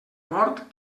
mort